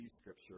scripture